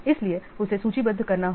इसलिए उसे सूचीबद्ध करना होगा